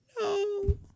no